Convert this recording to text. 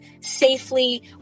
safely